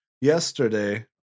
yesterday